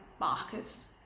Marcus